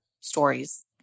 stories